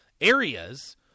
areas